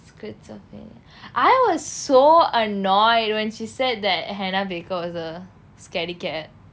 schizophrenia I was so annoyed when she said that hannah baker was a scaredy-cat